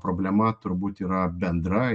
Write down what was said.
problema turbūt yra bendra